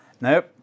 Nope